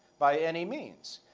by any means.